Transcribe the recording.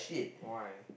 why